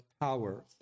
power